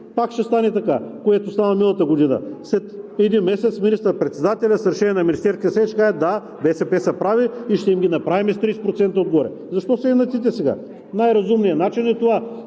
пак ще стане така, както стана миналата година. След един месец министър-председателят с решение на Министерския съвет ще каже: да, БСП са прави и ще им ги направим с 30% отгоре. Защо се инатите сега?! Най-разумният начин е това.